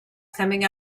coming